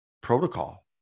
protocol